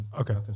Okay